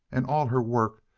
and all her work,